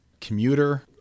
commuter